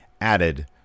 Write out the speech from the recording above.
added